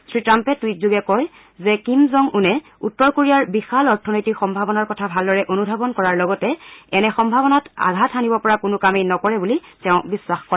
শ্ৰী ট্ৰাম্পে টুইট যোগে কয় যে কিম জং উনে উত্তৰ কোৰিয়াৰ বিশাল অৰ্থনৈতিক সম্ভাৱনাৰ কথা ভালদৰে অনুধাৱন কৰাৰ লগতে এনে সম্ভাৱনাত আঘাত হানিব পৰা কোনো কামেই নকৰে বুলি তেওঁ বিশ্বাস কৰে